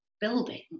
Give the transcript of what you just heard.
building